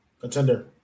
contender